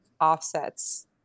offsets